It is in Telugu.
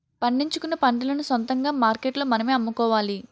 పండించుకున్న పంటలను సొంతంగా మార్కెట్లో మనమే అమ్ముకోవాలి